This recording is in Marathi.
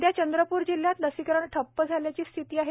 सध्या चंद्रपूर जिल्ह्यात लसीकरण ठप्प झाल्याची स्थिती झाली आहेत